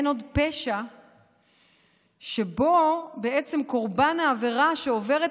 אין עוד פשע שבו בעצם קורבן העבירה שעובר את